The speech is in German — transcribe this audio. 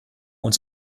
uns